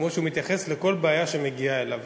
כמו שהוא מתייחס לכל בעיה שמגיעה אליו,